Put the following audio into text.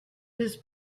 his